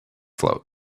float